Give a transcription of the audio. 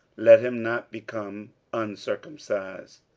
let him not become uncircumcised.